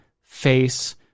Face